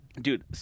Dude